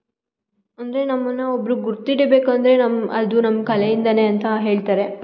ಅಂದರೆ ನಮ್ಮನ್ನು ಒಬ್ಬರು ಗುರ್ತು ಹಿಡಿಬೇಕು ಅಂದರೆ ನಮ್ಮ ಅದು ನಮ್ಮ ಕಲೆಯಿಂದಲೇ ಅಂತ ಹೇಳ್ತಾರೆ